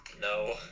no